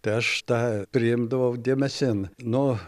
tai aš tą priimdavau dėmesin nu